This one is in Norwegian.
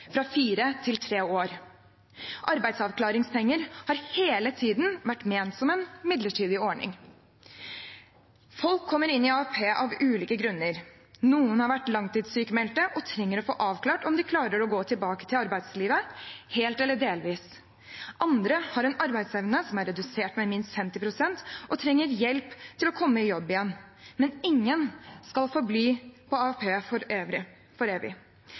fra fire til tre år. Arbeidsavklaringspenger har hele tiden vært ment som en midlertidig ordning. Folk kommer inn i AAP av ulike grunner. Noen har vært langtidssykmeldte og trenger å få avklart om de klarer å gå tilbake til arbeidslivet – helt eller delvis. Andre har en arbeidsevne som er redusert med minst 50 pst., og trenger hjelp til å komme i jobb igjen. Men ingen skal forbli på AAP for